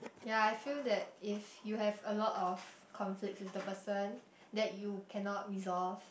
ya I feel that if you have a lot of conflicts with the person that you cannot resolve